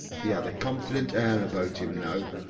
he had a confident air about him now,